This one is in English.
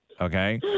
Okay